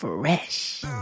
Fresh